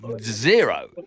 zero